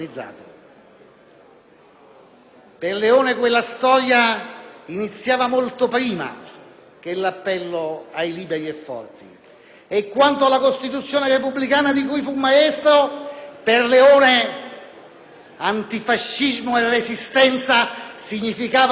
Per Leone quella storia iniziava molto prima che l'appello ai liberi e forti e quanto alla Costituzione repubblicana, di cui fu maestro, per Leone antifascismo e Resistenza significavano tutto